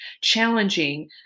challenging